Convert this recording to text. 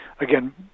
Again